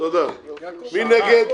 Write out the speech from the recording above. מי נגד?